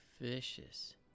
Vicious